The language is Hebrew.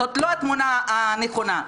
זאת לא התמונה הנכונה.